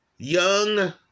Young